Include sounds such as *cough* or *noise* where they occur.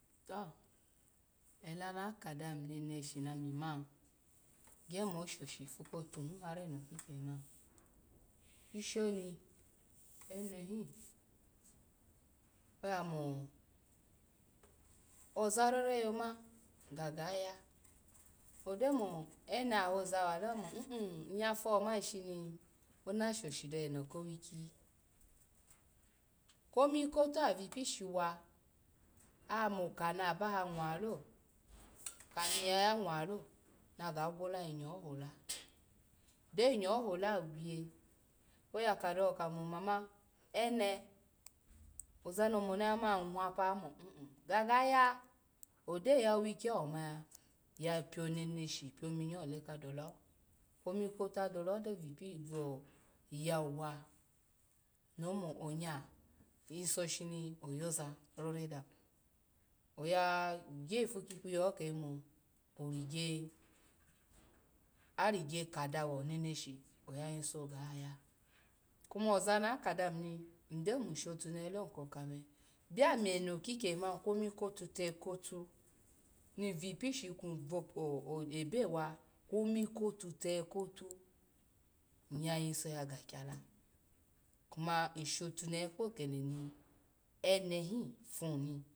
To ela na aka dami neneshi na ami man, gye mo ashoshi ifu kotu hun har eno ki ikyeni man ishi oni ene hin oya mo, oza rore yoma gaga ya, odo mo ene ahoza walo? Omo *hesitation* nyya fo man shini ona shoshi do eno ko owiko kwomi kotu avi ipishi wa amo kona aba ha nwa lo *noise* kani nyya ya nwa lo naga gwola yi inyo hola de yi inyo hola agwiye oya kado kamo mama, ene ozano mona na ya man nwa pa omo *hesitation* gaga ya, ode ya owikyi awo ma ya ya pyo neneshi pyo ominyo ole a adole ho, kwomi kotu adile ho do gi ipi vo iyawu wa no omo onya nyiso shini oyaza rore dam oya-gye ifu ki ikpiye ho kembo origye. arigye ada wo neneshi oya yiso ga ya, kuma oza na akadami ni ndo mun shotunehe lo nkokame bya ami eno ki ikyeni man kwomi ko otutehe kotu ni nvi ipishi kwun vo-o ebye wa kwoni ko otutehe kotu, nyya yiso ya ga akyala kuma ashotunehe kpo okede ni ene hin fun ni.